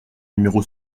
numéro